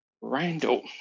randall